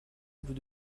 vous